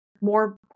more